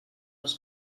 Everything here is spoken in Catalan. les